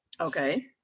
Okay